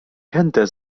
hände